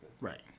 Right